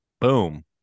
Boom